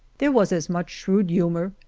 there was as much shrewd humor,